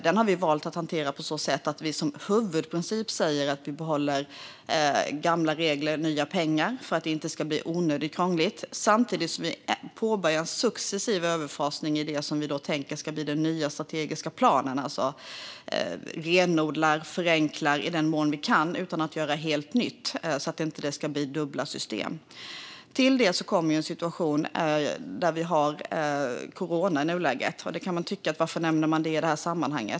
Den har vi valt att hantera på så sätt att vi som huvudprincip behåller gamla regler för nya pengar för att det inte ska bli onödigt krångligt, samtidigt som vi påbörjar en successiv överfasning till det som vi tänker ska bli den nya strategiska planen. Vi renodlar och förenklar alltså i den mån vi kan utan att göra helt nytt, så att det inte ska bli dubbla system. Till detta kommer en situation där vi har corona i nuläget. Man kan undra varför jag nämner det i detta sammanhang.